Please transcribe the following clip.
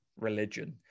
religion